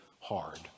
hard